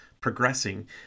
progressing